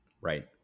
Right